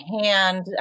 hand